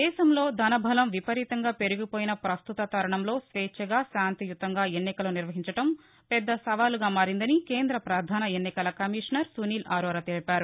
దేశంలో ధన బలం విపరీతంగా పెరిగిపోయిన పస్తుత తరుణంలో స్వేచ్ఛగా శాంతియుతంగా ఎన్నికలు నిర్వహించడం పెద్ద సవాల్గా మారిందని కేంద్ర ప్రధాన ఎన్నికల కమిషనర్ సునీల్ అరోరా తెలిపారు